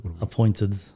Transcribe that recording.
Appointed